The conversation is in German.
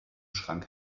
schrank